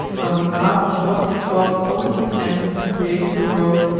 when we ask what is god's ultimate end in creating the world,